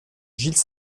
gilles